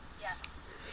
Yes